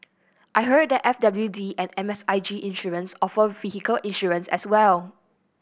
I heard that F W D and M S I G Insurance offer vehicle insurance as well